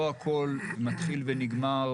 לא הכול מתחיל ונגמר